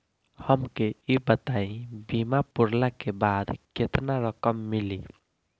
हमके ई बताईं बीमा पुरला के बाद केतना रकम मिली?